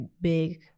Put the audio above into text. big